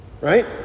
right